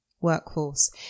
workforce